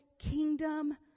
kingdom